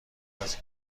است